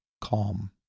calm